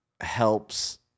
helps